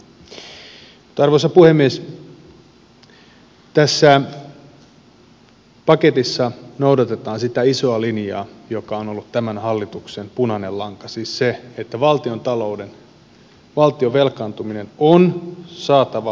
tässä paketissa noudatetaan sitä isoa linjaa joka on ollut tämän hallituksen punainen lanka siis sitä että valtion velkaantuminen on saatava pysähtymään